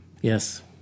Yes